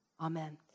Amen